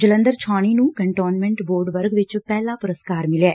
ਜਲੰਧਰ ਛਾਉਣੀ ਨੂੰ cantonment board ਵਰਗ ਵਿਚ ਪਹਿਲਾ ਇਨਾਮ ਮਿਲਿਐ